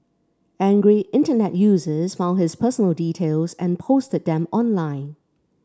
angry Internet users found his personal details and posted them online